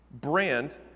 brand